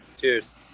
Cheers